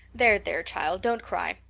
there, there, child, don't cry.